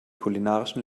kulinarischen